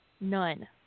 none